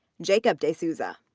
jacob de souza,